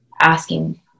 asking